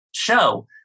show